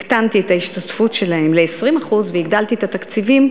הקטנתי את ההשתתפות שלהם ל-20% והגדלתי את התקציבים,